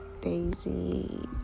Daisy